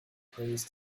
prays